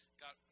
got